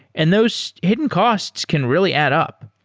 and those hidden costs can really add up.